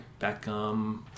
Beckham